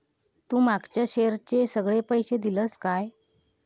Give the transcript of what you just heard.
तू मागच्या शेअरचे सगळे पैशे दिलंस काय?